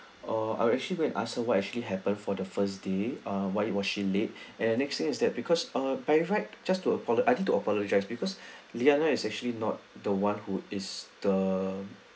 uh I would actually go and ask her what actually happen for the first day ah why was she late and the next thing is that because err clarify just to apolo~ I need to apologise because liana is actually not the one who is the